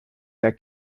der